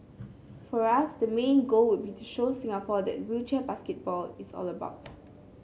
for us the main goal would be to show Singapore that wheelchair basketball is all about